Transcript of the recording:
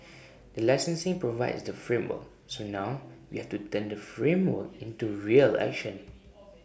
the licensing provides the framework so now we have to turn the framework into real action